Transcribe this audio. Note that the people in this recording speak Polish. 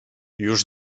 już